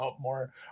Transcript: more